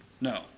No